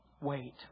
wait